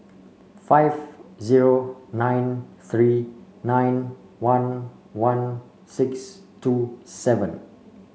five zero nine three nine one one six two seven